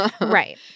Right